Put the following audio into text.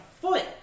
foot